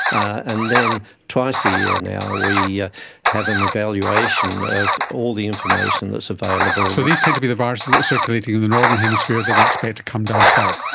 and then twice a year now we ah have an evaluation of all the information that's available. so these tend to be the viruses that are circulating in the northern hemisphere that we expect to come down south?